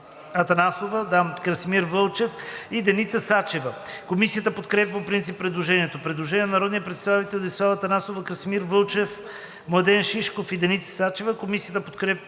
Атанасова, Красимир Вълчев и Деница Сачева, завършващо на 226. Комисията подкрепя по принцип предложението. Предложение на народния представител Десислава Атанасова, Красимир Вълчев, Младен Шишков и Деница Сачева, завършващо